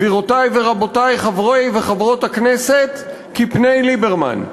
גבירותי ורבותי, חברות וחברי הכנסת, כפני ליברמן.